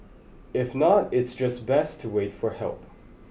if not it's just best to wait for help